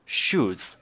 shoes